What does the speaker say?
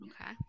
Okay